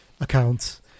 accounts